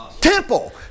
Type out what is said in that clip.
temple